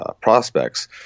prospects